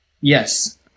Yes